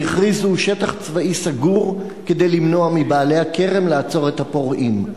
והכריזו "שטח צבאי סגור" כדי למנוע מבעלי הכרם לעצור את הפורעים.